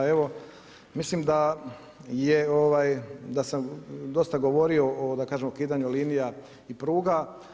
Ma evo, mislim da je ovaj, da sam dosta govorio o da kažem o ukidanju linija i pruga.